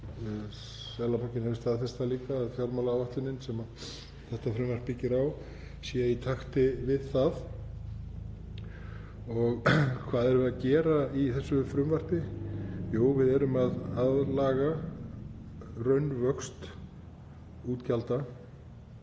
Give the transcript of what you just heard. Seðlabankinn hefur líka staðfest að fjármálaáætlunin, sem þetta frumvarp byggir á, sé í takti við það. Og hvað erum við að gera í þessu frumvarpi? Jú, við erum að aðlaga raunvöxt útgjalda,